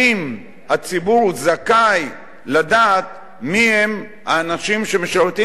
היא האם הציבור זכאי לדעת מי האנשים שמשרתים